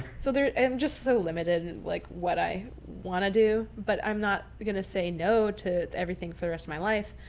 so they're and just so limited like what i want to do, but i'm not going to say no to everything for the rest of my life.